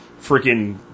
freaking